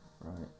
Right